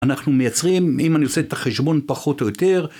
אנחנו מייצרים אם אני עושה את החשבון פחות או יותר.